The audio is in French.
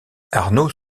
arnaud